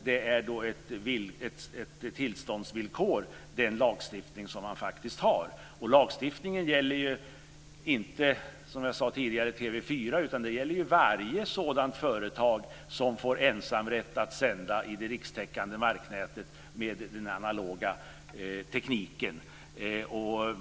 Då är den lagstiftning som vi faktiskt har ett tillståndsvillkor. Lagstiftningen gäller ju inte TV 4, som jag sade tidigare, utan den gäller ju varje sådant företag som får ensamrätt att sända i det rikstäckande marknätet med den analoga tekniken.